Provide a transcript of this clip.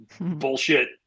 bullshit